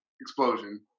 explosion